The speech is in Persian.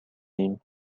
ایم